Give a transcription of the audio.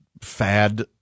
fad